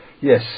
Yes